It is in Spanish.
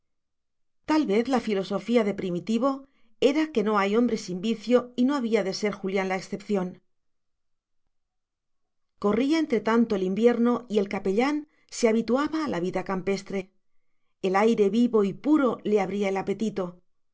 tal vez la filosofía de primitivo era que no hay hombre sin vicio y no había de ser julián la excepción corría entre tanto el invierno y el capellán se habituaba a la vida campestre el aire vivo y puro le abría el apetito